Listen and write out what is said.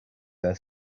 their